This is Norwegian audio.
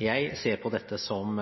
jeg ser på dette som